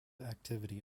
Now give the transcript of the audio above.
activity